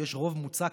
שיש רוב מוצק,